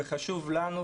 וחשוב לנו,